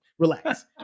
Relax